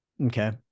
Okay